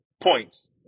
points